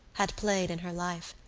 had played in her life.